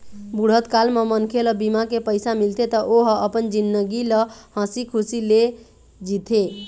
बुढ़त काल म मनखे ल बीमा के पइसा मिलथे त ओ ह अपन जिनगी ल हंसी खुसी ले जीथे